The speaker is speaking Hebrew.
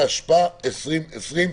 התשפ"א 2020,